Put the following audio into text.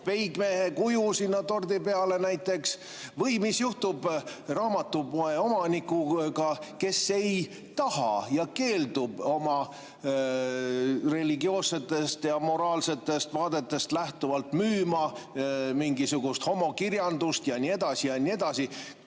peigmehekuju sinna tordi peale, näiteks? Või mis juhtub raamatupoe omanikuga, kes oma religioossetest ja moraalsetest vaadetest lähtuvalt keeldub müümast mingisugust homokirjandust ja nii edasi ja nii edasi?